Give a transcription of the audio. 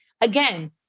Again